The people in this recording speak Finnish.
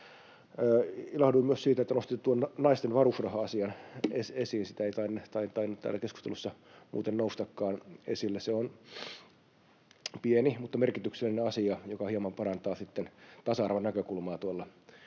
Ilahduin myös siitä, että nostitte tuon naisten varusraha ‑asian esiin — se ei tainnut täällä keskustelussa muuten noustakaan esille. Se on pieni mutta merkityksellinen asia, joka hieman parantaa sitten tasa-arvon näkökulmaa tuolla